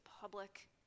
public